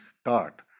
start